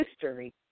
history